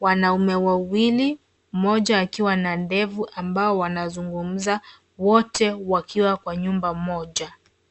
Wanaume wawili, mmoja akiwa ndevu ambao wanazungumza. Wote wakiwa kwa nyumba moja.